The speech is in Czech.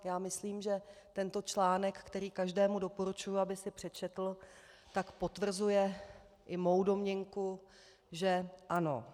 Já myslím, že tento článek, který každému doporučuji, aby si přečetl, tak potvrzuje i mou domněnku, že ano.